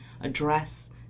address